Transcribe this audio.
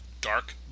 dark